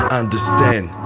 understand